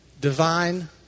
divine